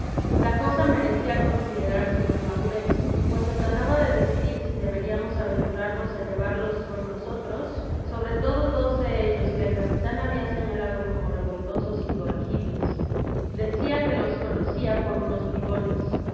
la cosa merecía considerarse con madurez pues se trataba de decidir si deberiamos aventurarnos á llevarlos con nosotros sobre todo dos de ellos que el capitan habia señalado como revoltosos incorregibles decía que los conocía por unos bribones